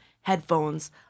headphones